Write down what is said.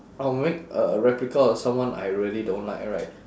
I'll make a replica of someone I really don't like right